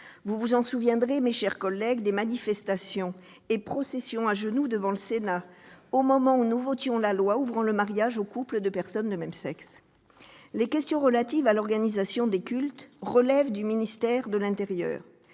Vous vous souvenez sans doute, mes chers collègues, des manifestations et processions à genoux, devant le Sénat, au moment où nous votions la loi ouvrant le mariage aux couples de personnes de même sexe. Les questions relatives à l'organisation des cultes relèvent du ministre de l'intérieur.